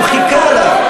הוא חיכה לך.